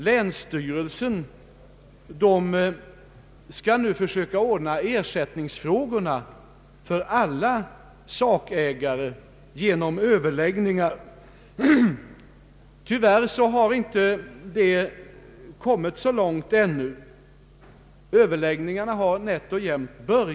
Länsstyrelsen skall nu försöka ordna ersättningsfrågorna för alla sakägare genom överläggningar. Tyvärr har det hela inte kommit så långt ännu. Överläggningarna har nätt och jämt börjat.